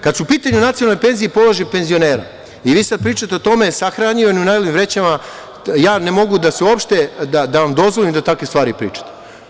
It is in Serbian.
Kad su u pitanju nacionalne penzije i položaj penzionera, i vi sad pričate o tome, o sahranjivanju u narodnim vrećama, ja ne mogu uopšte da vam dozvolim da takve stvari pričate.